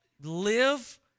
live